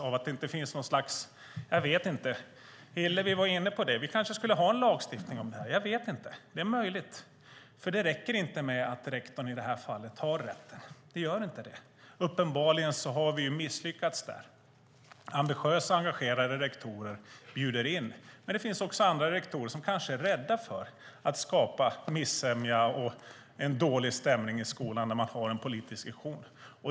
Hillevi var inne på lagstiftning, och vi kanske skulle ha det. Jag vet inte; det är möjligt. Det räcker nämligen inte med att rektorn, i detta fall, har rätten. Det gör inte det. Uppenbarligen har vi misslyckats där. Ambitiösa och engagerade rektorer bjuder in, men det finns också andra rektorer som kanske är rädda för att skapa missämja och en dålig stämning i skolan när någon har en politisk vision.